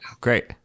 great